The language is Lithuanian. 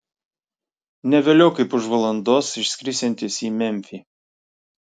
ne vėliau kaip už valandos išskrisiantis į memfį